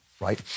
right